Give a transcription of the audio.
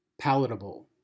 palatable